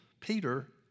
Peter